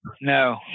No